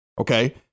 Okay